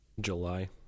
july